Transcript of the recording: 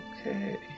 Okay